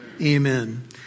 Amen